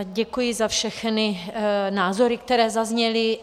Děkuji za všechny názory, které zazněly.